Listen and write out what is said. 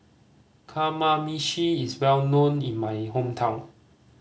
kamameshi is well known in my hometown